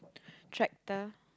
tractor